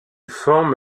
forme